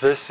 this